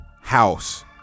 house